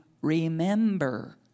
remember